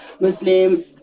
Muslim